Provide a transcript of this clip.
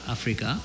Africa